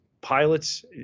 pilots